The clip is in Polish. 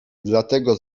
dlatego